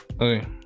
okay